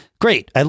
Great